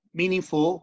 meaningful